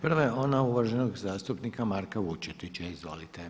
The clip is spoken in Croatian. Prva je one uvaženog zastupnika Marka Vučetića.